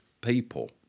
people